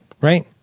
Right